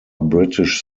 british